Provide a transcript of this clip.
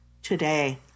today